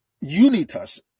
Unitas